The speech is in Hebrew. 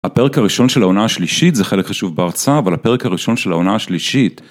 הפרק הראשון של העונה השלישית זה חלק חשוב בהרצאה אבל הפרק הראשון של העונה השלישית.